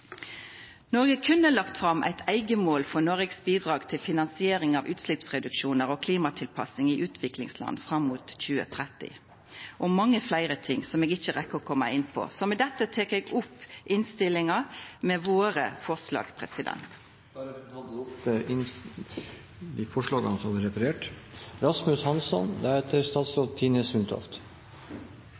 Noreg er eit rikt land. Noreg kunne lagt fram eit eige mål for Noregs bidrag til finansiering av utsleppsreduksjonar og klimatilpassing i utviklingsland fram mot 2030 og mange fleire ting som eg ikkje rekk å koma inn på. Med dette tek eg opp våre forslag i innstillinga. Representanten Ingunn Gjerstad har tatt opp de forslagene hun refererte til. Det vi diskuterer i dag, er hva Norge som